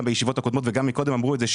בישיבות הקודמות וגם מקודם אמרו את זה,